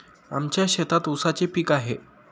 आमच्या शेतात ऊसाचे पीक आहे